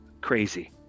crazy